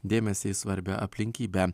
dėmesį į svarbią aplinkybę